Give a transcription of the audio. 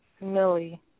Millie